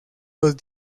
los